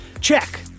Check